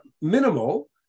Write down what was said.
minimal